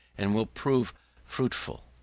and will prove fruitful.